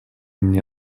мне